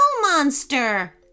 monster